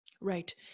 Right